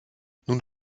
nun